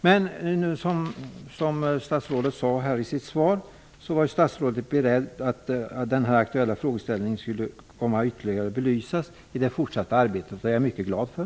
Men nu sade statsrådet att han är beredd att verka för att den aktuella frågeställningen ytterligare belyses i det fortsatta arbetet. Det är jag mycket glad för.